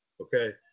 Okay